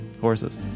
Horses